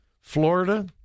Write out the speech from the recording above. Florida